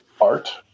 art